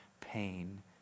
pain